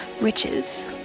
riches